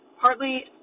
Partly